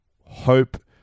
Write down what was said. hope